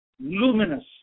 luminous